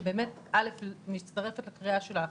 א', אני מצטרפת לקריאה שלך